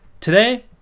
Today